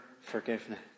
forgiveness